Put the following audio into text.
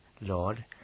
Lord